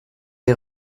est